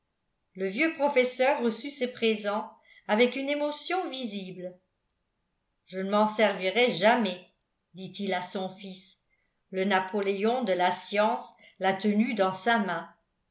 le vieux professeur reçut ce présent avec une émotion visible je ne m'en servirai jamais dit-il à son fils le napoléon de la science l'a tenue dans sa main